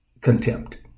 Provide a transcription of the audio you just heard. contempt